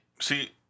See